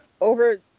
Over